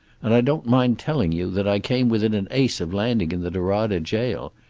and i don't mind telling you that i came within an ace of landing in the norada jail.